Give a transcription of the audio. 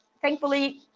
thankfully